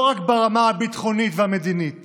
לא רק ברמה הביטחונית והמדינית